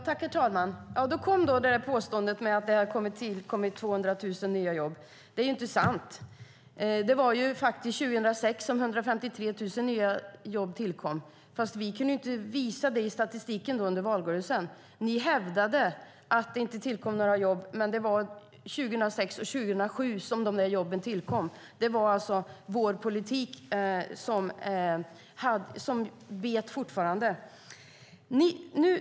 Herr talman! Så kom då påståendet om att det har tillkommit 200 000 nya jobb. Det är inte sant. Det var 2006 som 153 000 nya jobb tillkom, men vi kunde inte visa det i statistiken under valrörelsen. Ni hävdade att det inte tillkom några jobb. Men det var 2006 och 2007 som jobben tillkom. Det var alltså vår politik som bet och som fortfarande biter.